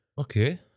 Okay